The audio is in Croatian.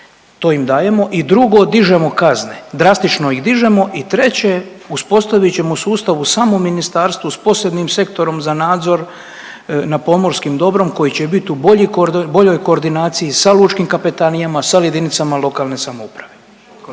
To im dajemo. I drugo, dižemo kazne, drastično ih dižemo. I treće, uspostavit ćemo u sustavu samo ministarstvo s posebnim sektorom za nadzor nad pomorskim dobrom koji će biti u boljoj koordinaciji sa lučkim kapetanijama sa jedinicama lokalne samouprave.